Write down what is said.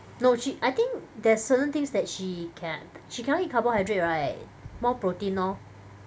no sh~ I think there's certain things that she can~ she cannot eat carbohydrate right more protein lor